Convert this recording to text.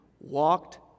walked